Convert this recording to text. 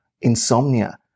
insomnia